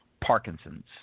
Parkinson's